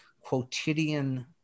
quotidian